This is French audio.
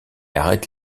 arrête